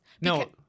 no